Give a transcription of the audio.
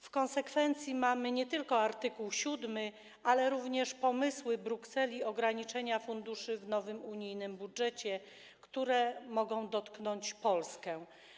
W konsekwencji mamy nie tylko art. 7, ale również pomysły Brukseli ograniczenia funduszy w nowym unijnym budżecie, które mogą dotknąć Polskę.